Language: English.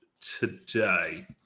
today